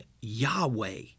Yahweh